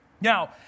Now